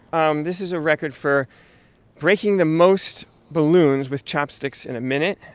um this is a record for breaking the most balloons with chopsticks in a minute.